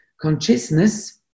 consciousness